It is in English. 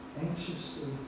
anxiously